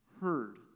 heard